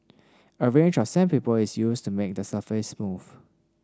a range of sandpaper is used to make the surface smooth